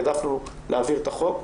העדפנו להעביר את החוק,